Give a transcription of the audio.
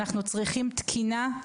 אנחנו צריכים תקינה.